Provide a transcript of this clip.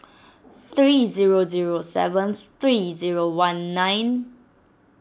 three zero zero seven three zero one nine